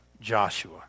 Joshua